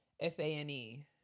S-A-N-E